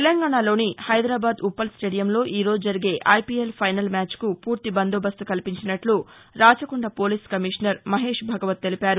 తెలంగాణాలోని హైదరాబాద్ ఉప్పల్ స్టేడియంలో ఈరోజు జరిగే ఐపీఎల్ ఫైనల్ మ్యాచ్కు పూర్తి బందోబస్తు కల్పించినట్లు రాచకొండ పోలీసు కమిషనర్ మహేశ్ భగవత్ తెలిపారు